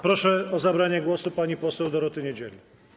Proszę o zabranie głosu panią poseł Dorotę Niedzielę.